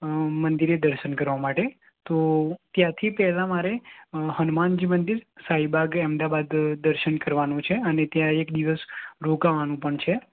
મંદિરે દર્શન કરવા માટે તો ત્યાંથી પહેલાં મારે હનુમાનજી મંદિર શાહીબાગ અમદાબાદ દર્શન કરવાનું છે અને ત્યાં એક દિવસ રોકાવાનું પણ છે